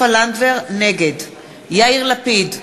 נגד יאיר לפיד,